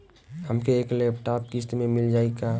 हमके एक लैपटॉप किस्त मे मिल जाई का?